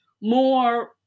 more